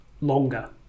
longer